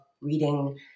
reading